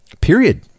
Period